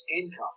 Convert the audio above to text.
income